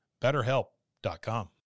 BetterHelp.com